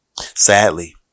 Sadly